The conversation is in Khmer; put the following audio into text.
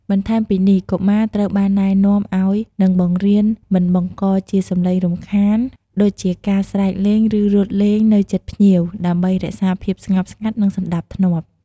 បន្ថែមពីនេះ កុមារត្រូវបានណែនាំឲ្យ និងបង្រៀន មិនបង្កជាសំឡេងរំខាន ដូចជាការស្រែកលេង ឬរត់លេងនៅជិតភ្ញៀវ ដើម្បីរក្សាភាពស្ងប់ស្ងាត់ និងសណ្ដាប់ធ្នាប់។